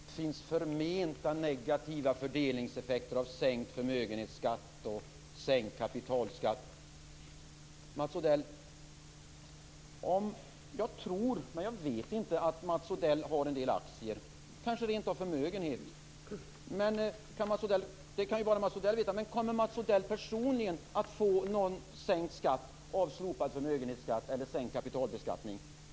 Fru talman! Det finns förmenta negativa effekter av sänkt förmögenhetsskatt och sänkt kapitalskatt, Mats Odell. Jag tror, men jag vet inte, att Mats Odell har en del aktier, kanske rent av förmögenhet. Det kan ju bara Mats Odell veta. Kommer Mats Odell personligen att få någon sänkt skatt av slopad förmögenhetsskatt eller sänkt kapitalbeskattning?